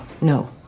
no